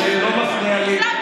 אדוני היושב-ראש, לא מפריע לי.